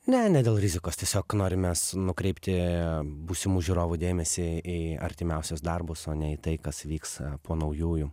ne ne dėl rizikos tiesiog norim mes nukreipti būsimų žiūrovų dėmesį į artimiausius darbus o ne į tai kas įvyks po naujųjų